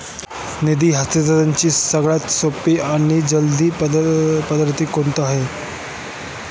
निधी हस्तांतरणाची सगळ्यात सोपी आणि जलद पद्धत कोणती आहे?